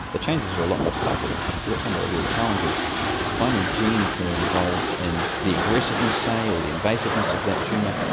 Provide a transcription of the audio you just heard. the changes are a lot more subtle. and so that's one of the real challenges is finding genes that are involved in the aggressiveness, say, or the invasiveness of that tumour,